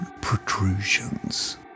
protrusions